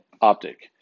optic